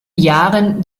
jahren